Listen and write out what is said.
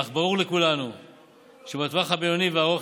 אך ברור לכולנו שבטווח הבינוני והארוך